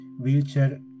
wheelchair